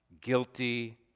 guilty